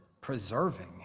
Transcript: preserving